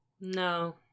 No